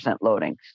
loading